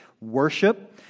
worship